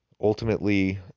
Ultimately